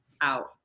out